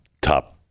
top